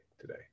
today